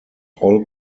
all